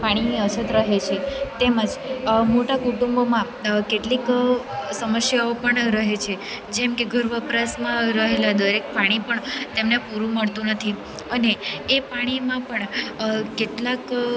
પાણીની અછત રહે છે તેમજ મોટાં કુટુંબોમાં કેટલીક સમસ્યાઓ પણ રહે છે જેમકે ઘર વપરાશમાં રહેલાં દરેક પાણી પણ તેમને પૂરું મળતું નથી અને એ પાણીમાં પણ કેટલાક